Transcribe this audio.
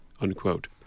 unquote